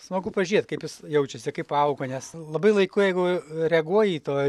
smagu pažiūrėt kaip jis jaučiasi kaip auga nes labai laiku jeigu reaguoji to